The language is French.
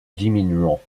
diminuant